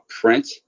print